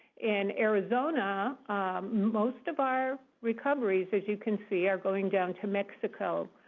in arizona most of our recoveries as you can see are going down to mexico.